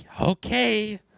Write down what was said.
Okay